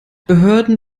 behörden